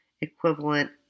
equivalent